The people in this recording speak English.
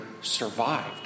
survived